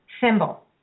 symbol